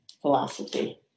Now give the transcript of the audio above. philosophy